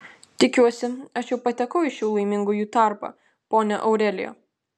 tikiuosi aš jau patekau į šių laimingųjų tarpą ponia aurelija